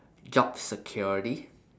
job security